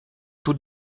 tout